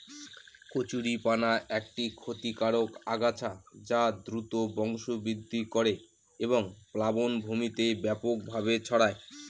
কচুরিপানা একটি ক্ষতিকারক আগাছা যা দ্রুত বংশবৃদ্ধি করে এবং প্লাবনভূমিতে ব্যাপকভাবে ছড়ায়